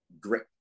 Great